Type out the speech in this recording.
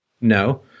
No